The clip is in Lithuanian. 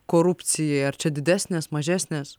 korupcijai ar čia didesnės mažesnės